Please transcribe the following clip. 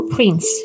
Prince